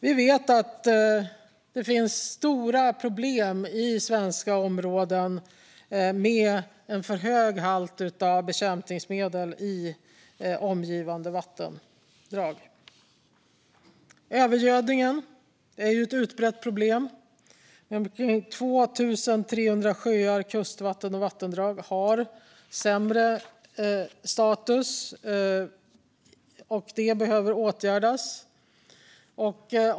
Vi vet att det finns stora problem i svenska områden med en för hög halt av bekämpningsmedel i omgivande vattendrag. Övergödningen är ett utbrett problem. Omkring 2 300 sjöar, kustvatten och vattendrag har sämre status. Det behöver åtgärdas.